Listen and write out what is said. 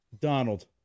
donald